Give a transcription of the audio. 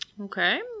Okay